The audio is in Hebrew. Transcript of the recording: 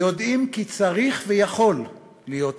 יודעים כי צריך ויכול להיות אחרת,